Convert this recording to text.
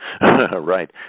Right